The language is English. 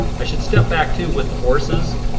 i should step back too with the horses.